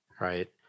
right